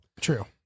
True